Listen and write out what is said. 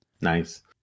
Nice